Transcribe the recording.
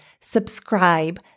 subscribe